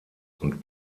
und